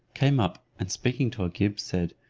came up, and speaking to agib, said,